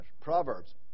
Proverbs